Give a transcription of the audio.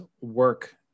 work